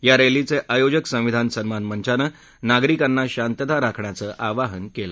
या रॅलीचे आयोजक संविधान सन्मान मंचानं नागरिकांना शांतता राखण्याचं आवाहन केलं